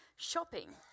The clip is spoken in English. shopping